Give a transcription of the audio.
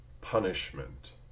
punishment